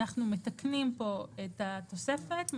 אנחנו מתקנים פה את התוספת,